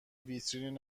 ویترین